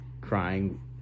crying